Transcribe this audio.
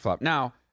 Now